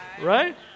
right